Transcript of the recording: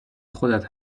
خودت